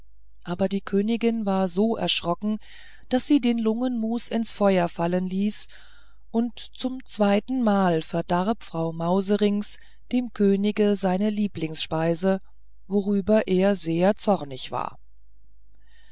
aber die königin war so erschrocken daß sie den lungenmus ins feuer fallen ließ und zum zweitenmal verdarb frau mauserinks dem könige eine lieblingsspeise worüber er sehr zornig war